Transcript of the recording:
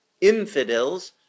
infidels